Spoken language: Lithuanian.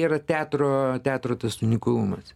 yra teatro teatro tas unikalumas